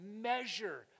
measure